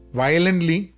violently